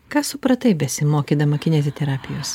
ką supratai besimokydama kineziterapijos